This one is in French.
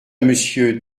monsieur